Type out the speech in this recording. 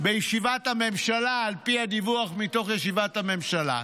בישיבת הממשלה, על פי הדיווח מתוך ישיבת הממשלה.